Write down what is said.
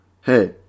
Hey